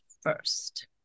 first